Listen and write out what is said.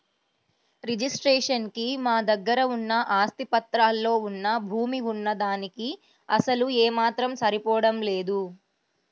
registration కి మా దగ్గర ఉన్న ఆస్తి పత్రాల్లో వున్న భూమి వున్న దానికీ అసలు ఏమాత్రం సరిపోడం లేదు